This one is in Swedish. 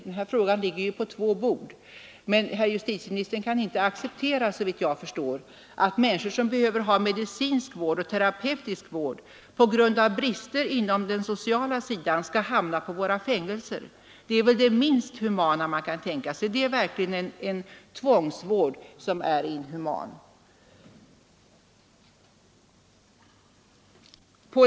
Den här frågan ligger ju på två olika bord, men herr justitieministern kan väl såvitt jag förstår inte acceptera att människor som behöver medicinsk vård och terapeutisk vård på grund av brister inom den sociala sidan skall hamna i våra fängelser. Det är väl det minst humana man kan tänka sig! Det är verkligen en tvångsvård som är inhuman.